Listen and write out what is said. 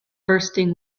bursting